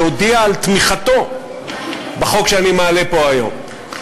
שהודיע על תמיכתו בחוק שאני מעלה פה היום.